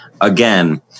again